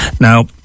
Now